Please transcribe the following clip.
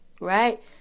right